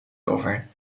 over